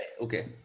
okay